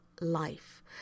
life